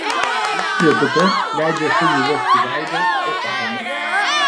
jis pritupia leidžia šuniui uosti veidą kvėpavimą